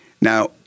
Now